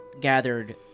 gathered